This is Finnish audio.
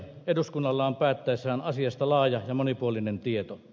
eduskunnalla on päättäessään asiasta laaja ja monipuolinen tieto